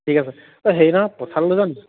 ঠিকে আছে অঁ হেৰি নহয় পছাডাল লৈ যাও নি